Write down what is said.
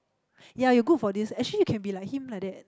ya you good for this actually you can be him like that